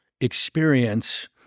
experience